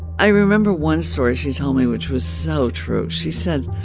i remember one story she told me, which was so true. she said,